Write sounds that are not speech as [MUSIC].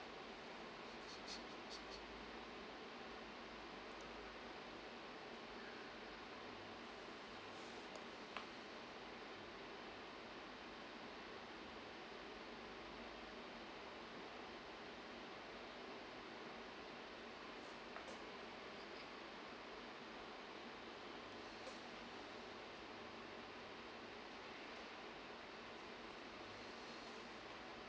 [LAUGHS]